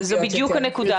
זו בדיוק הנקודה.